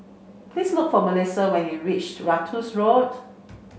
please look for Melissia when you reach Ratus Road